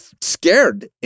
scared